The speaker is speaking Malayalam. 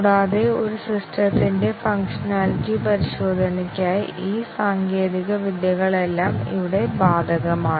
കൂടാതെ ഒരു സിസ്റ്റത്തിന്റെ ഫംഗ്ഷനാലിറ്റി പരിശോധനയ്ക്കായി ഈ സാങ്കേതികവിദ്യകളെല്ലാം ഇവിടെ ബാധകമാണ്